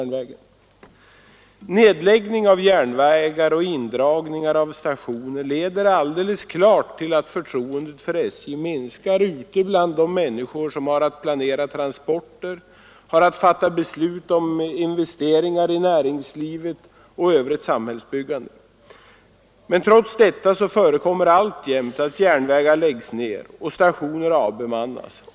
Nedläggning av järnvägar och indragningar av stationer leder alldeles klart till att förtroendet för SJ minskar ute bland de människor som har att planera transporter och fatta beslut om investeringar i näringslivet och i övrigt samhällsbyggande. Men trots detta förekommer det alltjämt att järnvägar läggs ner och stationer avbemannas.